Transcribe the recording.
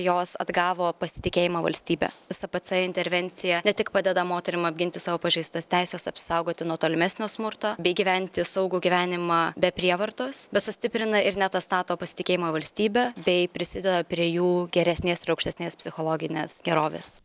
jos atgavo pasitikėjimą valstybe spc intervencija ne tik padeda moterim apginti savo pažeistas teises apsisaugoti nuo tolimesnio smurto bei gyventi saugų gyvenimą be prievartos bet sustiprina ir net atstato pasitikėjimą valstybe bei prisideda prie jų geresnės ir aukštesnės psichologinės gerovės